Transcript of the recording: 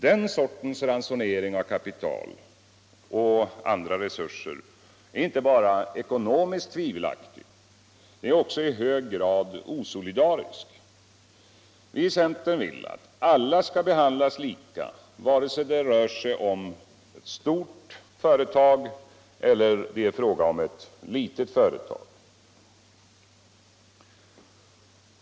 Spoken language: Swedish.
Den sortens ransonering av kapital och andra resurser är inte bara ekonomiskt tvivelaktig — den är också i högsta grad osolidarisk. Vi i centern vill att alla skall behandlas lika vare sig det gäller ett stort företag eller det är fråga om ett litet företag.